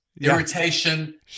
irritation